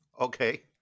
Okay